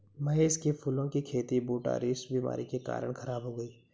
महेश के फूलों की खेती बोटरीटिस बीमारी के कारण खराब हो गई